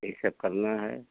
यही सब करना है